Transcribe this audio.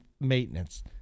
maintenance